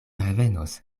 revenos